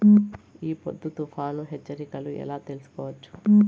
ఈ పొద్దు తుఫాను హెచ్చరికలు ఎలా తెలుసుకోవచ్చు?